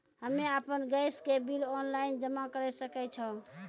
हम्मे आपन गैस के बिल ऑनलाइन जमा करै सकै छौ?